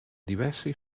diversi